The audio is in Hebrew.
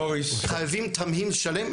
חייבים תמהיל שלם,